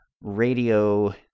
radio